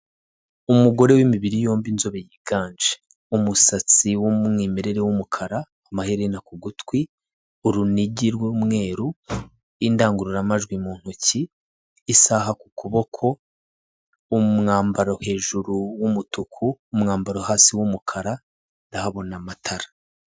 Umugore w'imibiri yombi inzobe yiganje umusatsi w'umwimerere w'umukara, amaherena ku gutwi, urunigi rw'umweru, indangururamajwi mu ntoki, isaha ku kuboko, umwambaro hejuru w'umutuku, umwambaro hasi wumukara ndahabona amatara.